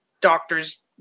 doctors